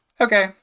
Okay